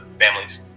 families